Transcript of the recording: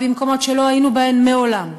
במקומות שלא היינו בהם מעולם.